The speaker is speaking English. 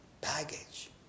baggage